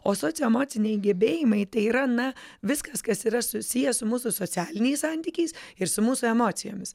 o socioemociniai gebėjimai tai yra na viskas kas yra susiję su mūsų socialiniais santykiais ir su mūsų emocijomis